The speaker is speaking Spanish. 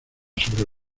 sobre